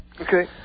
okay